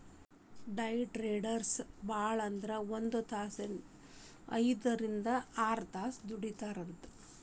ಡೆ traders ಭಾಳಂದ್ರ ಒಂದ್ ಐದ್ರಿಂದ್ ಆರ್ತಾಸ್ ದುಡಿತಾರಂತ್